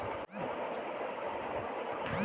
स्वावलंबन योजना का ही नाम अटल पेंशन योजना है